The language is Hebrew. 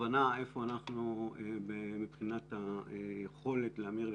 הבנה איפה אנחנו מבחינת היכולת להמיר לשקלים,